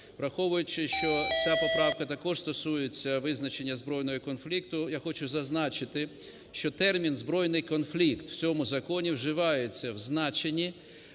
Враховуючи, що ця поправка також стосується визначення "збройного конфлікту", я хочу зазначити, що термін "збройний конфлікт" в цьому законі вживається в значенні,